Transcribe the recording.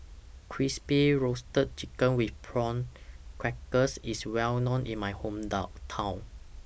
Crispy Roasted Chicken with Prawn Crackers IS Well known in My Hometown